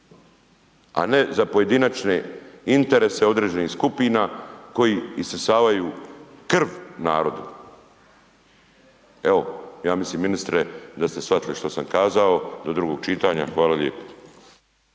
a ne za pojedinačne interese određenih skupina koji isisavaju krv narodu. Evo, ja mislim ministre da ste shvatili što sam kazao, do drugog čitanja, hvala lijepo.